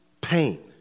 pain